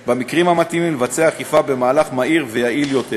המתאימים לבצע אכיפה בהליך מהיר ויעיל יותר.